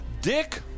Dick